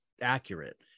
accurate